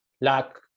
luck